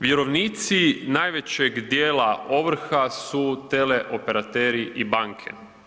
Vjerovnici najvećeg dijela ovrha su teleoperateri i banke.